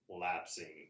lapsing